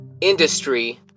industry